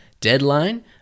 deadline